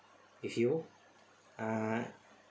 with you uh